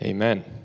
Amen